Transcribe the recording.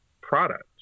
product